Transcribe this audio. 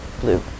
blue